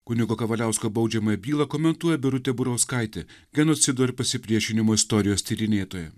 kunigo kavaliausko baudžiamąją bylą komentuoja birutė burauskaitė genocido ir pasipriešinimo istorijos tyrinėtoja